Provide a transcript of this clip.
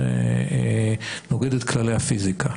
זה נוגד את כללי הפיזיקה.